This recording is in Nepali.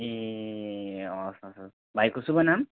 ए हवस् हवस् हवस् भाइको शुभ नाम